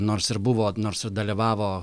nors ir buvo nors ir dalyvavo